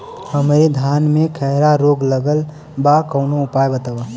हमरे धान में खैरा रोग लगल बा कवनो उपाय बतावा?